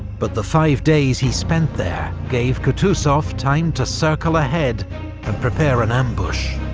but the five days he spent there gave kutuzov time to circle ahead and prepare an ambush.